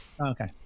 Okay